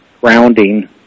grounding